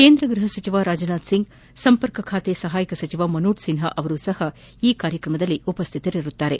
ಕೇಂದ್ರ ಗೃಹ ಸಚಿವ ರಾಜನಾಥ್ಸಿಂಗ್ ಸಂರ್ಪಕ ಖಾತೆ ಸಹಾಯಕ ಸಚಿವ ಮನೋಚ್ ಸಿನ್ಹಾ ಅವರು ಸಹಾ ಈ ಕಾರ್ಯಕ್ರಮದಲ್ಲಿ ಭಾಗವಹಿಸಲಿದ್ದಾರೆ